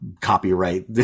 copyright